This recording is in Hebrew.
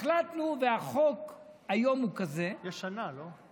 החלטנו, והחוק היום הוא כזה, יש שנה, לא?